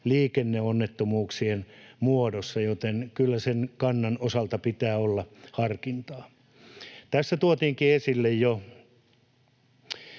liikenneonnettomuuksien muodossa, joten kyllä sen kannan osalta pitää olla harkintaa. Tässä tuotiinkin jo esille